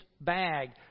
bag